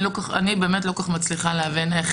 אני לא כל כך מצליחה להבין.